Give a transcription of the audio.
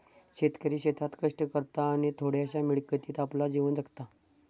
शेतकरी शेतात कष्ट करता आणि थोड्याशा मिळकतीत आपला जीवन जगता